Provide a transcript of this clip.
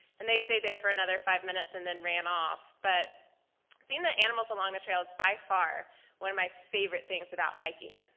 and they stayed there for another five minutes and then ran off. but seeing the animals along the trail is by far one of my favorite things about hiking.